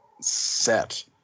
set